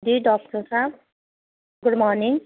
جی doctor صاحب good morning